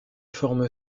forme